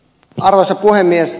arvoisa puhemies